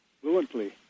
fluently